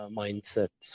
mindset